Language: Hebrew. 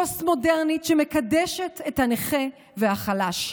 פוסט-מודרנית, שמקדשת את הנכה והחלש.